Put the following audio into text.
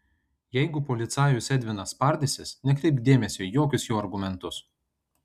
jeigu policajus edvinas spardysis nekreipk dėmesio į jokius jo argumentus